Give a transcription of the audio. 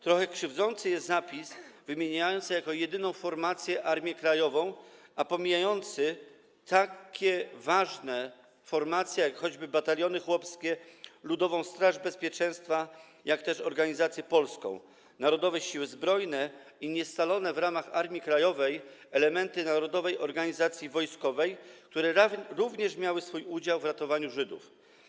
Trochę krzywdzący jest zapis wymieniający jako jedyną formację Armię Krajową, a pomijający takie ważne formacje, jak choćby Bataliony Chłopskie, Ludową Straż Bezpieczeństwa, jak też organizację polską, Narodowe Siły Zbrojne i niescalone w ramach Armii Krajowej elementy Narodowej Organizacji Wojskowej, które również miały swój udział w ratowaniu Żydów.